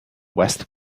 west